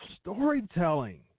storytelling